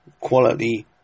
quality